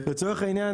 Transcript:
לצורך העניין,